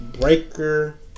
Breaker